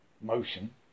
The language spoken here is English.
motion